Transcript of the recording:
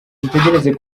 dutegereje